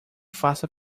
faça